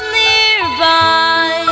nearby